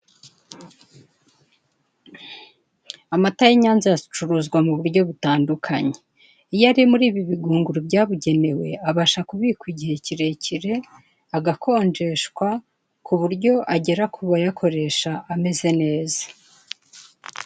Amata y'inyange acuruzwa mu buryo butandukanye, iyo ari muri ibi bigunguru byabugenewe; abasha kubikwa igihe kirekire agakonjeshwa ku buryo agera ku bayakoresha ameze neza.